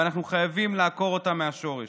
ואנחנו חייבים לעקור אותה מהשורש.